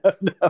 no